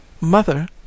mother